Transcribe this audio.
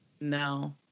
No